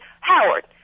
Howard